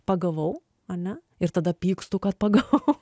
pagavau ane ir tada pykstu kad pagavau